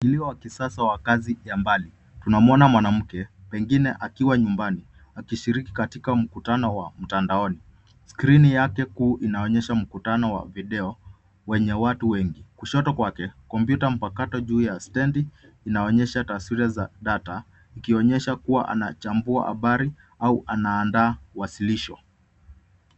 Mpangilio wa kisasa wa kazi ya mbali. Tunamuona mwanamke, pengine akiwa nyumbani, akishiriki katika mkutano wa mtandaoni. Skrini yake kuu inaonyesha mkutano wa video, wenye watu wengi. Kushoto kwake, kompyuta mpakato juu ya stand inaonyesha taswira za data, ikionyesha kuwa anachambua habari au anaandaa wasilisho.